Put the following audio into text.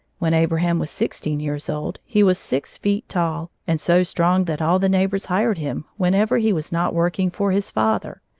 when abraham was sixteen years old, he was six feet tall and so strong that all the neighbors hired him whenever he was not working for his father.